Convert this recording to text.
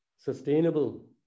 sustainable